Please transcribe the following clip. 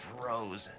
frozen